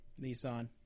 Nissan